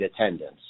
attendance